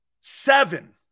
Seven